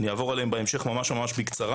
אעבור עליהן בהמשך ממש בקצרה.